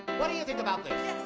what do you think about